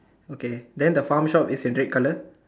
okay then the pharm shop is in red colour